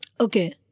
Okay